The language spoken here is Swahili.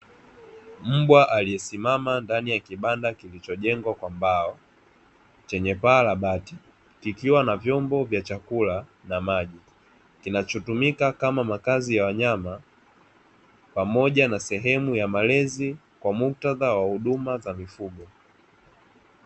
Mbwa aliyesimama ndani ya kibanda kilichojengwa kwa mbao chenye paa la bati kikiwa na vyombo vya chakula na maji, kinachotumika kama makazi ya wanyama pamoja na sehemu ya malezi kwa muktadha wa huduma za mifugo.